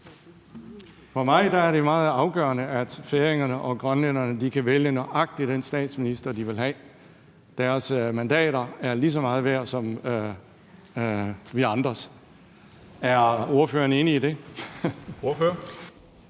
For mig er det meget afgørende, at færingerne og grønlænderne kan vælge nøjagtig den statsminister, de vil have. Deres mandater er lige så meget værd som vores andres. Er ordføreren enig i det? Kl.